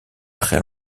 très